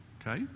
Okay